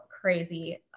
crazy